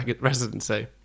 residency